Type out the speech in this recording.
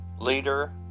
leader